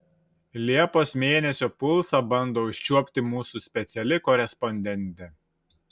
liepos mėnesio pulsą bando užčiuopti mūsų speciali korespondentė